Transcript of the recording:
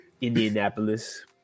Indianapolis